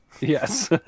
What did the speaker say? Yes